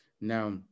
Now